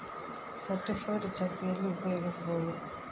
Certified cheque ಎಲ್ಲಿ ಉಪಯೋಗಿಸ್ಬೋದು?